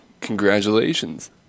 congratulations